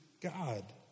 God